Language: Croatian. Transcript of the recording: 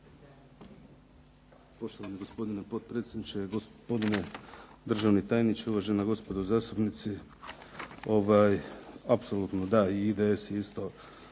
Poštovani gospodine potpredsjedniče, gospodine državni tajniče, uvažena gospodo zastupnici. Apsolutno da i IDS je isto